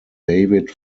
david